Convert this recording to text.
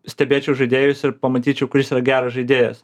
stebėčiau žaidėjus ir pamatyčiau kuris yra geras žaidėjas